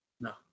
No